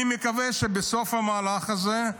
אני מקווה שבסוף המהלך הזה,